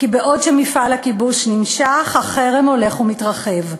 כי בעוד מפעל הכיבוש נמשך, החרם הולך ומתרחב.